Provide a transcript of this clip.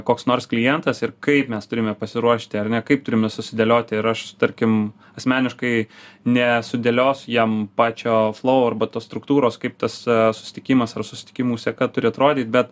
koks nors klientas ir kaip mes turime pasiruošti ar ne kaip turime susidėlioti ir aš tarkim asmeniškai nesudėliosiu jam pačio lovų arba tos struktūros kaip tas susitikimas ar susitikimę seka turi atrodyt bet